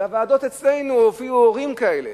בוועדות אצלנו הופיעו הורים כאלה.